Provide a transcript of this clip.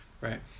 right